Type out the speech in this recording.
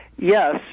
Yes